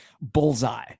bullseye